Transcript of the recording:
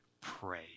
pray